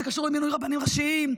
זה קשור למינוי רבנים ראשיים,